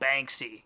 banksy